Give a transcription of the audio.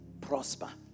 prosper